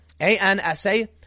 ANSA